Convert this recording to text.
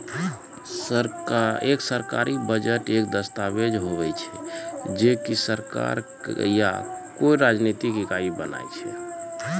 एक सरकारी बजट एक दस्ताबेज हुवै छै जे की सरकार या कोय राजनितिक इकाई बनाय छै